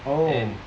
oh